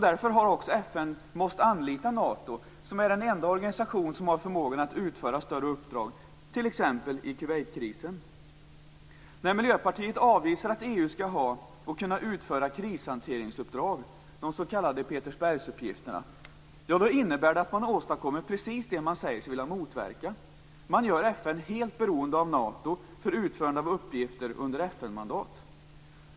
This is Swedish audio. Därför har också FN måst anlita Nato, som är den enda organisation som har förmågan att utföra större uppdrag, t.ex. i Kuwaitkrisen. När Miljöpartiet avvisar att EU skall ha och kunna utföra krishanteringsuppdrag, de s.k. Petersbergsuppgifterna, innebär det att man åstadkommer precis det som man säger sig vilja motverka. Man gör FN helt beroende av Nato för utförande av uppgifter under FN-mandat.